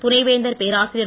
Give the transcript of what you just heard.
துணைவேந்தர் பேராசரியர்